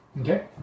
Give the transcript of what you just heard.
Okay